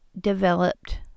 developed